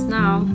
now